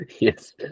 Yes